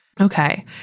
Okay